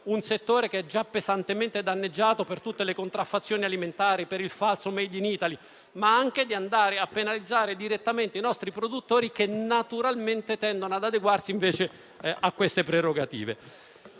un settore che è già pesantemente danneggiato, per tutte le contraffazioni alimentari e per il falso *made in Italy*, ma anche di penalizzare direttamente i nostri produttori, che naturalmente tendono ad adeguarsi, invece, a queste prerogative.